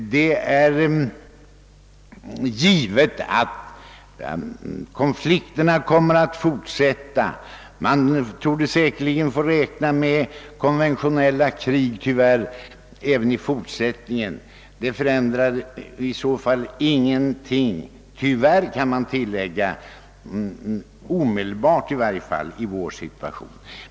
Det är givet att konflikterna kommer att fortsätta. Man torde säkerligen få räkna med konventionella krig även i fortsättningen. Ingenting skulle, i varje fall inte omedelbart, förändras — tyvärr, kan man tillägga — i vår situation.